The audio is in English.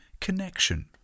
connection